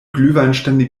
glühweinstände